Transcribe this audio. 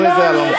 לא,